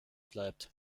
bleibt